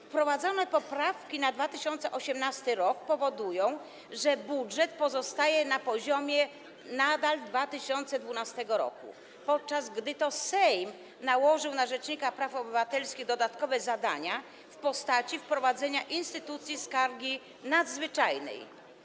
Wprowadzone poprawki dotyczące 2018 r. powodują, że budżet pozostaje na poziomie nadal 2012 r., podczas gdy to Sejm nałożył na rzecznika praw obywatelskich dodatkowe zadania w postaci wprowadzenia instytucji skargi nadzwyczajnej.